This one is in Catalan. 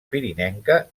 pirinenca